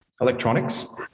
electronics